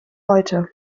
heute